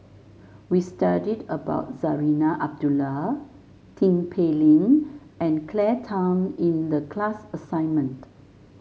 we studied about Zarinah Abdullah Tin Pei Ling and Claire Tham in the class assignment